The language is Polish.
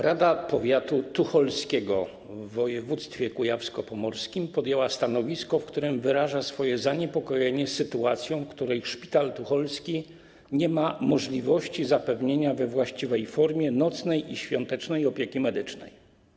Rada Powiatu Tucholskiego w województwie kujawsko-pomorskim zajęła stanowisko, w którym wyraża swoje zaniepokojenie sytuacją, w której Szpital Tucholski nie ma możliwości zapewnienia we właściwej formie nocnej i świątecznej opieki medycznej.